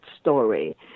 story